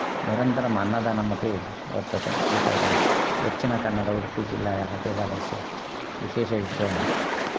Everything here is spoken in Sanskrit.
निरन्तरम् अन्नदानमपि वर्तते एतत् दक्षिणकन्नड उडुपीजिल्लायाः देवालयस्य विशेषविषयः